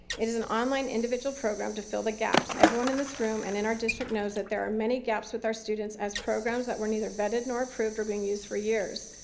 it is an online individual program to fill the gaps. everyone in this room and in our district knows that there are many gaps with our students as programs that were neither vetted nor approved are being used for years.